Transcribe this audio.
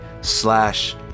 slash